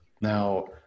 Now